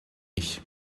ich